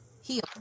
heal